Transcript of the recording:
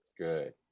good